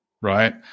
right